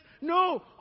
No